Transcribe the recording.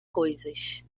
coisas